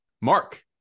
Mark